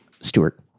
Stewart